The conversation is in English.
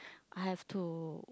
I have to